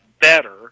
better